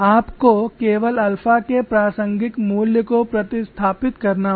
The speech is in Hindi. आपको केवल अल्फा के प्रासंगिक मूल्य को प्रतिस्थापित करना होगा